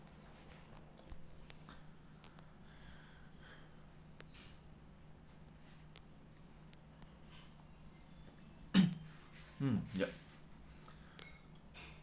mm ya